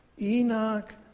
Enoch